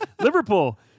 Liverpool